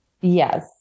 Yes